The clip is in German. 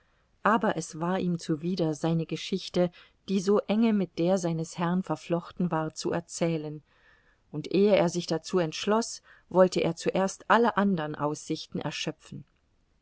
aber es war ihm zuwider seine geschichte die so enge mit der seines herrn verflochten war zu erzählen und ehe er sich dazu entschloß wollte er zuerst alle andern aussichten erschöpfen